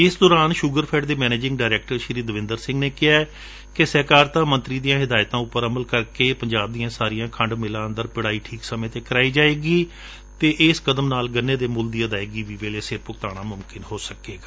ਇਸ ਦੌਰਾਨ ਸੂਗਰਫੈਡ ਦੇ ਮਨੈਜਰ ਡਰਾਇਕਟਰ ਦਵਿੰਦਰ ਸਿੰਘ ਨੇ ਕਿਹੈ ਕਿ ਸਹਿਕਾਰਤਾ ਮੰਤਰੀ ਦੀਆਂ ਹਿਦਾਇਤਾਂ ਉਪਰ ਅਮਲ ਕਰਕੇ ਪੰਜਾਬ ਦੀਆਂ ਸਾਰੀਆਂ ਖੰਡ ਮਿਲਾਂ ਅੰਦਰ ਪੀਤਾਈ ਠੀਕ ਸਮੇਂ ਤੇ ਕਰਵਾਈ ਜਾਵੇਗੀ ਅਤੇ ਇਸ ਕਦਮ ਨਾਲ ਗੰਨੇ ਦੇ ਮੁਲ ਦੀ ਅਦਾਇਗੀ ਵੀ ਵੇਲੇ ਸਿਰ ਭੁਗਤਾਉਣਾ ਮੁਮਕਿਨ ਹੋਵੇਗਾ